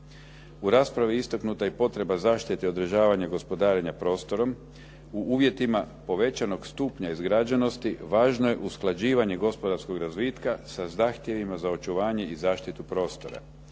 U raspravi istaknuta je i potreba zaštite i održavanja gospodarenja prostorom u uvjetima povećanog stupnja izgrađenosti, važno je usklađivanje gospodarskog razvitka sa zahtjevima za očuvanje i zaštitu prostora.